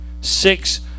Six